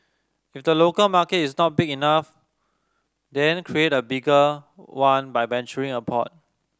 if the local market is not big enough then create a bigger one by venturing abroad